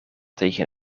tegen